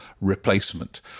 replacement